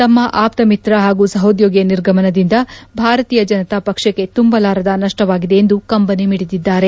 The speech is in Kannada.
ತಮ್ನ ಆಪ್ತಮಿತ್ರ ಹಾಗೂ ಸಹೋದ್ಯೋಗಿಯ ನಿರ್ಗಮನದಿಂದ ಭಾರತೀಯ ಜನತಾಪಕ್ಷಕ್ಷೆ ತುಂಬಲಾರದ ನಷ್ಷವಾಗಿದೆ ಎಂದು ಕಂಬನಿ ಮಿಡಿದಿದ್ದಾರೆ